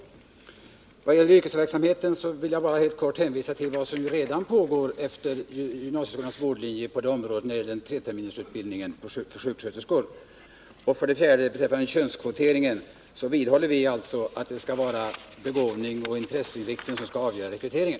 Vad gäller yrkesverksamheten vill jag bara helt kort hänvisa till vad som redan gäller i fråga om treterminsutbildningen för sjuksköterskor. I frågan om könskvoteringar vidhåller vi att det är begåvning och intresseinriktning som skall avgöra rekryteringen.